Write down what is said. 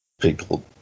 people